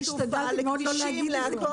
לכבישים --- השתדלתי מאוד לא להגיד את זה.